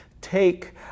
take